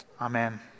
Amen